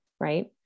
right